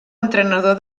entrenador